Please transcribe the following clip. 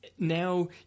Now